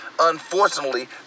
Unfortunately